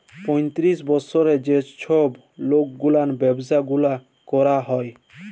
পঁয়তিরিশ বসরের যে ছব লকগুলার ব্যাবসা গুলা ক্যরা হ্যয়